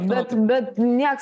bet bet nieks